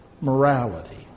morality